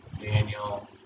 Daniel